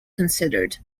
considered